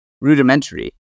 rudimentary